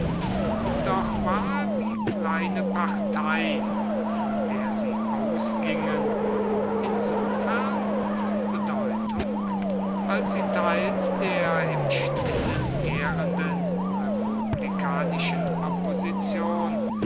doch war die kleine partei von der sie ausgingen insofern von bedeutung als sie teils der im stillen gärenden republikanischen opposition